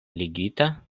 ligita